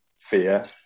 fear